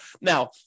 Now